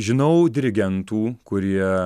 žinau dirigentų kurie